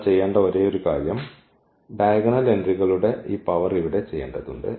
നമ്മൾ ചെയ്യേണ്ട ഒരേയൊരു കാര്യം ഡയഗണൽ എൻട്രികളുടെ ഈ പവർ ഇവിടെ ചെയ്യേണ്ടതുണ്ട്